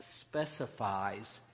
specifies